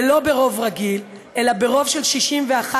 ולא ברוב רגיל אלא ברוב של 61,